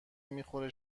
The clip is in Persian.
میخوره